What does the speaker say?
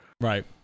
Right